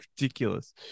ridiculous